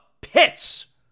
pits